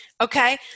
Okay